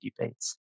debates